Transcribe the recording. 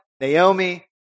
Naomi